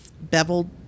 beveled